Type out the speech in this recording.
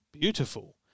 beautiful